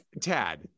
tad